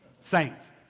Saints